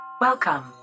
Welcome